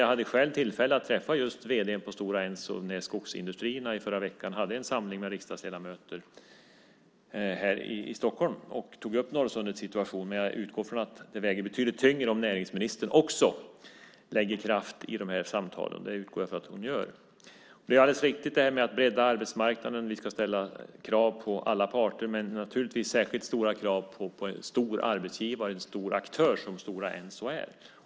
Jag hade själv tillfälle att träffa vd:n på Stora Enso när Skogsindustrierna förra veckan hade en samling med riksdagsledamöter här i Stockholm. Jag tog då upp Norrsundets situation. Jag utgår ifrån att det väger betydligt tyngre om näringsministern också lägger kraft i samtalen. Det utgår jag ifrån att hon gör. Det är riktigt att bredda arbetsmarknaden. Vi ska ställa krav på alla parter, men naturligtvis särskilt stora krav på en stor arbetsgivare och aktör som Stora Enso.